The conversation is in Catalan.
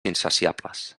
insaciables